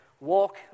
walk